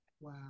Wow